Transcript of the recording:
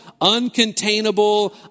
uncontainable